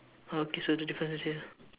okay so the difference is here